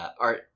art